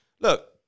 look